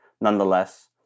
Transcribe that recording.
Nonetheless